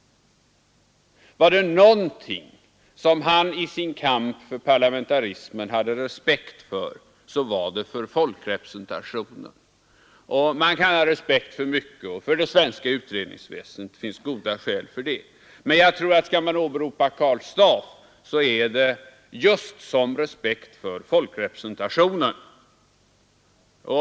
Var det någonting som han i sin kamp för parlamentarismen hade respekt för, så var det folkrepresentationen. Man kan ha respekt för mycket, och för det svenska utredningsväsendet finns det goda skäl att ha det, men jag tror att skall man åberopa Karl Staaff är det just som ett exempel på respekt för folkrepresentationen.